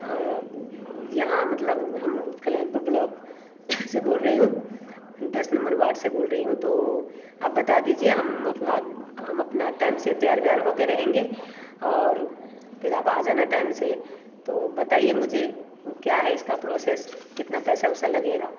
और यहाँ मतलब हम कल्याणपुर ब्लॉक से बोल रही हूँ दस नंबर वार्ड से बोल रही हूँ तो आप बता दीजिए हम अपना हम अपना टाइम से तैयार वैयार होकर रहेंगे और फिर आप आ जाना टाइम से तो बताइए मुझे क्या है इसका प्रोसेस कितना पैसा वैसा लगेगा